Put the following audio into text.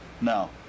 No